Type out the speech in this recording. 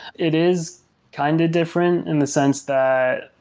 it is kind of different in the sense that,